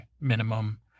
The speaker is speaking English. minimum